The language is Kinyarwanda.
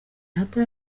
data